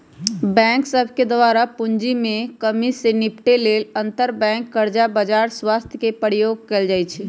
bank सभके द्वारा पूंजी में कम्मि से निपटे लेल अंतरबैंक कर्जा बजार व्यवस्था के प्रयोग कएल जाइ छइ